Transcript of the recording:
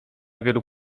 wielu